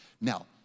Now